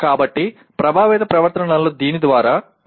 కాబట్టి ప్రభావిత ప్రవర్తనలు దీని ద్వారా ప్రదర్శించబడతాయి